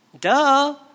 Duh